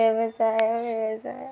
వ్యవసాయం వ్యవసాయం